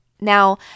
Now